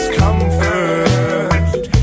comfort